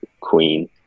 queen